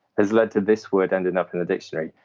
has led to this word ending up in the dictionary.